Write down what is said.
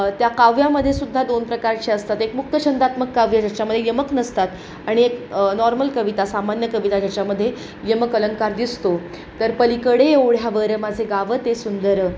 त्या काव्यामध्येसुद्धा दोन प्रकारचे असतात एक मुक्तछंदात्मक काव्य ज्याच्यामध्ये यमक नसतात आणि एक नॉर्मल कविता सामान्य कविता ज्याच्यामध्ये यमक अलंकार दिसतो तर पलीकडे ओढ्यावर माझे गावं ते सुंदर